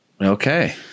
okay